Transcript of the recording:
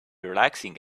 relaxing